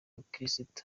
gikristo